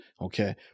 okay